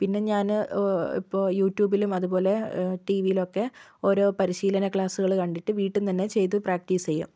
പിന്നെ ഞാൻ ഇപ്പോൾ യൂട്യുബിലും അത്പോലെ ടി വിയിലുമൊക്കെ ഓരോ പരിശീലന ക്ലാസുകൾ കണ്ടിട്ട് വീട്ടിൽ നിന്ന് തന്നെ ചെയ്തു പ്രാക്റ്റീസ് ചെയ്യും